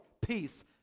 peace